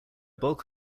bulk